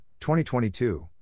2022